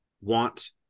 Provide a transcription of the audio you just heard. want